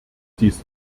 dies